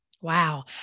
Wow